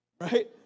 Right